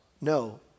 No